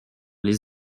les